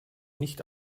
nicht